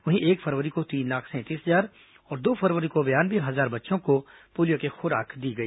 वहीं एक फरवरी को तीन लाख सैंतीस हजार और दो फरवरी को बयानवे हजार बच्चों को पोलियो की खुराक दी गई